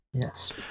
Yes